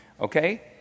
Okay